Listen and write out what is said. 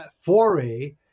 foray